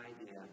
idea